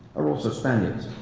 are also spaniards.